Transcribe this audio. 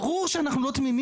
לא לתת.